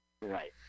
Right